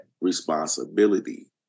responsibility